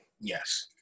Yes